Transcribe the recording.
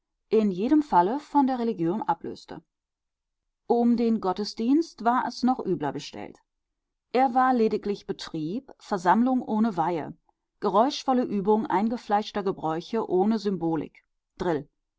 in jedem falle von der religion ablöste um den gottesdienst war es noch übler bestellt er war lediglich betrieb versammlung ohne weihe geräuschvolle übung eingefleischter gebräuche ohne symbolik